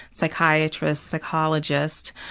psychiatrists, psychologists,